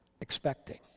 expecting